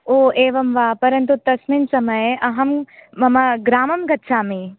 ओ एवं वा परन्तु तस्मिन् समये अहं मम ग्रामं गच्छामि